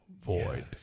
void